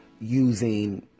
using